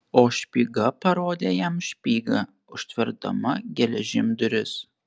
o špyga parodė jam špygą užtverdama geležim duris